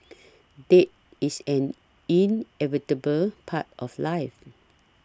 death is an inevitable part of life